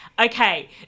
okay